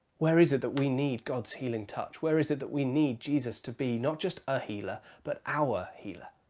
where is it that we need god's healing touch? where is it that we need jesus to be not just a healer but our healer?